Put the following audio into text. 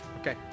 Okay